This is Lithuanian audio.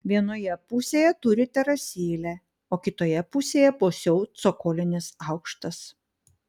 vienoje pusėje turi terasėlę o kitoje pusėje pusiau cokolinis aukštas